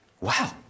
Wow